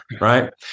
right